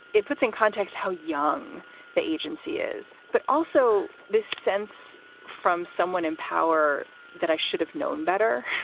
it puts in context how young the agency is, but also this sense from someone in power that i should have known better.